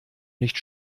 nicht